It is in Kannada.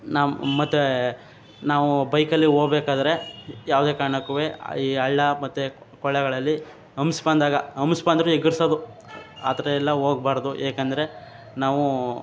ನಾವು ಮತ್ತು ನಾವು ಬೈಕಲ್ಲಿ ಹೋಗ್ಬೇಕಾದ್ರೆ ಯಾವುದೇ ಕಾರ್ಣಕ್ಕೂ ಈ ಹಳ್ಳ ಮತ್ತು ಕೊಳ್ಳಗಳಲ್ಲಿ ಹಂಪ್ಸ್ ಬಂದಾಗ ಹಂಪ್ಸ್ ಬಂದರೆ ಎಗರಿಸೋದು ಆ ಥರ ಎಲ್ಲ ಹೋಗ್ಬಾರ್ದು ಏಕೆಂದ್ರೆ ನಾವು